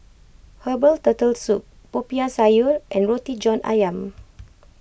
Herbal Turtle Soup Popiah Sayur and Roti John Ayam